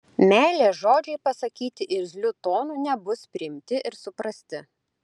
meilės žodžiai pasakyti irzliu tonu nebus priimti ir suprasti